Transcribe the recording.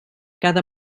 cada